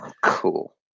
Cool